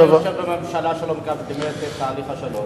למה אתה יושב בממשלה שלא מקדמת את תהליך השלום?